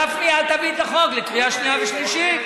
גפני, אל תביא את החוק לקריאה שנייה ושלישית.